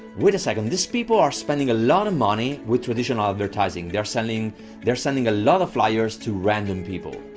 wait a second, these people are spending a lot of money with traditional advertising. they're sending they're sending a lot of flyers to random people.